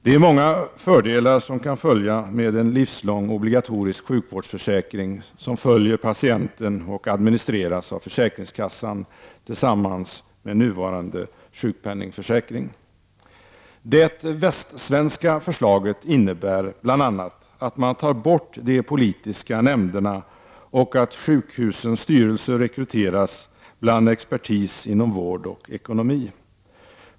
Det är många fördelar som kan följa med en livslång obligatorisk sjukvårdsförsäkring som följer patienten och administreras av försäkringskassan tillsammans med nuvarande sjukpenningförsäkring. Det västsvenska förslaget innebär bl.a. att man tar bort de politiska nämnderna och att sjukhusens styrelser rekryteras bland expertis inom vård och ekonomi.